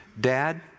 Dad